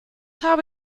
habe